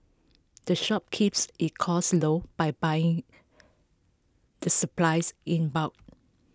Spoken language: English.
the shop keeps its costs low by buying the supplies in bulk